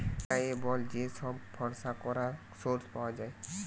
reliable যে সব ভরসা করা সোর্স পাওয়া যায়